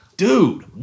Dude